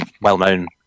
well-known